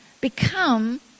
become